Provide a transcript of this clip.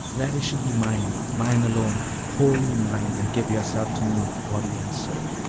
that you should be mine mine alone, wholly mine and give yourself to me, body and soul.